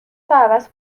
عوض